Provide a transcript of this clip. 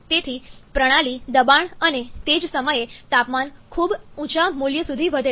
તેથી પ્રણાલી દબાણ અને તે જ સમયે તાપમાન ખૂબ ઊંચા મૂલ્ય સુધી વધે છે